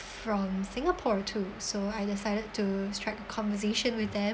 from singapore too so I decided to strike a conversation with them